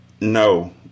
No